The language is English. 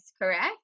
correct